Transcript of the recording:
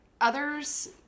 others